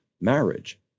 marriage